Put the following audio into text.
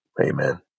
Amen